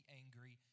angry